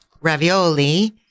ravioli